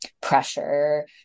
pressure